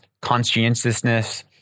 conscientiousness